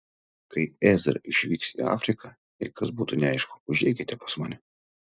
kai ezra išvyks į afriką jei kas būtų neaišku užeikite pas mane